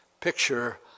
picture